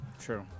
true